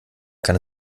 kann